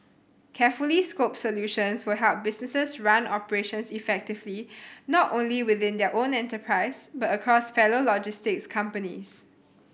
carefully scoped solutions will help businesses run operations effectively not only within their own enterprise but across fellow logistics companies